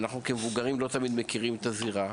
ואנחנו כמבוגרים לא תמיד מכירים את הזירה,